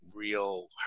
Real